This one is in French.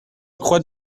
croix